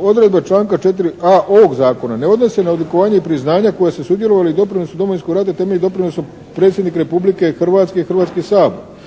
odredba članka 4.a ovog zakona: "ne odnosi se na odlikovanje i priznanja koja su sudjelovali u doprinosu Domovinskog rata temeljem doprinosom Predsjednik Republike Hrvatske i Hrvatski sabor".